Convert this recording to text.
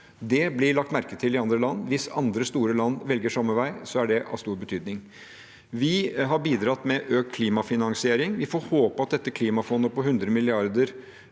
Det blir lagt merke til i andre land. Hvis andre store land velger samme vei, er det av stor betydning. Vi har bidratt med økt klimafinansiering. Vi får håpe at dette klimafondet på hundre milliarder,